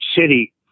city